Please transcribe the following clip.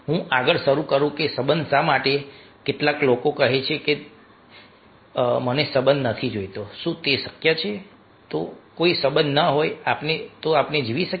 હું આગળ શરૂ કરું કે સંબંધ શા માટે કેટલાક લોકો કહે છે કે મને સંબંધ નથી જોઈતો શું શક્ય છે કે કોઈ સંબંધ ન હોય આપણે જીવી શકીએ